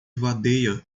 vadeia